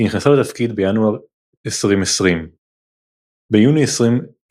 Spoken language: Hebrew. היא נכנסה לתפקיד בינואר 2020. ביוני 2023,